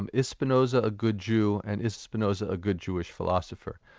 and is spinoza a good jew, and is spinoza a good jewish philosopher.